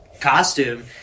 costume